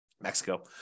Mexico